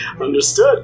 Understood